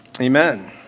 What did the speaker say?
amen